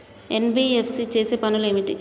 NBFC చేసే పనులు ఏమిటి?